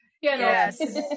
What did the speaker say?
Yes